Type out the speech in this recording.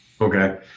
okay